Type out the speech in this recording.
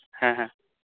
ᱦᱮᱸ ᱦᱮᱸ